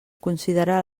considerar